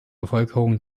bevölkerung